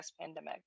pandemic